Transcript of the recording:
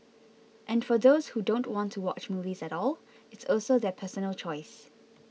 and for those who don't want to watch movies at all it's also their personal choice